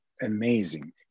amazing